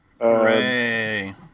Hooray